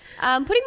Putting